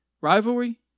Rivalry